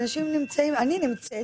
אני נמצאת